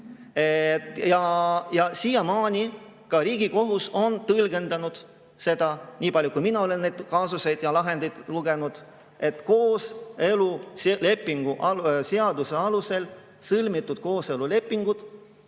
Ja siiamaani ka Riigikohus on tõlgendanud seda, nii palju kui mina olen neid kaasuseid ja lahendeid lugenud, et kooseluseaduse alusel sõlmitud kooselulepingud